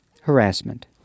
harassment